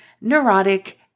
neurotic